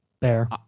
Bear